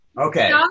Okay